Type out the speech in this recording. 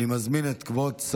ותעבור לדיון